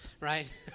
right